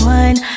one